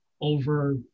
over